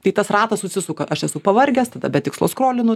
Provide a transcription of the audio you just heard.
tai tas ratas užsisuka aš esu pavargęs tada be tikslo skrolinu